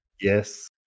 Yes